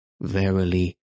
Verily